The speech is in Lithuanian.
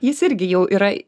jis irgi jau yra